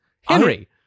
Henry